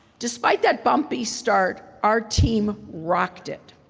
despite that bumpy start, our team rocked it.